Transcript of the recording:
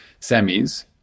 semis